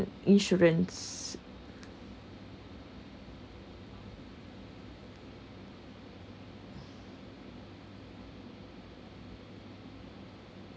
insurance